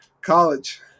college